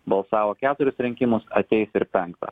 balsavo keturis rinkimus ateis ir penktą